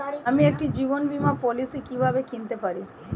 আমি একটি জীবন বীমা পলিসি কিভাবে কিনতে পারি?